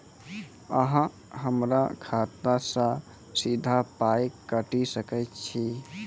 अहॉ हमरा खाता सअ सीधा पाय काटि सकैत छी?